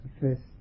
first